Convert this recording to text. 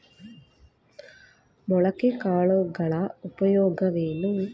ಮೊಳಕೆ ಕಾಳುಗಳ ಉಪಯೋಗವೇನು?